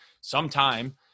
sometime